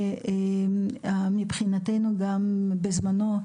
מבחינתנו בזמנו,